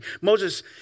Moses